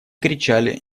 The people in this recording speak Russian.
кричали